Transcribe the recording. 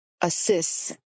assist